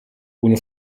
ohne